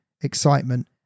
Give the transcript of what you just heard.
excitement